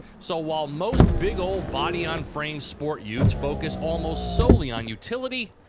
so while most big ol body-on-frame sport-utes focus almost solely on utility,